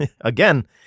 again